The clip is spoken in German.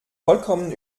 vollkommen